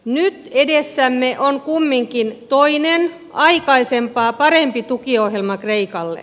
nyt edessämme on kumminkin toinen aikaisempaa parempi tukiohjelma kreikalle